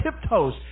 tiptoes